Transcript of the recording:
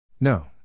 No